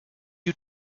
you